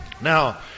Now